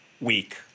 week